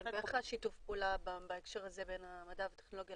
ואיך שיתוף פעולה בהקשר הזה בין המדע וטכנולוגיה